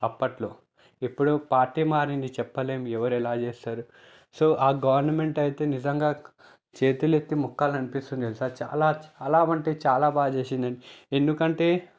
అప్పట్లో ఇప్పుడు పార్టీ మారింది చెప్పలేం ఎవరు ఎలా చేస్తారు సో ఆ గవర్నమెంట్ అయితే నిజంగా చేతులు ఎత్తి మొక్కాలి అనిపిస్తుంది తెలుసా చాలా చాలా అంటే చాలా బాగా చేసింది అండి ఎందుకంటే